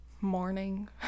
morning